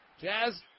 Jazz